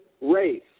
race